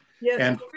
Yes